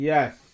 Yes